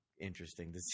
interesting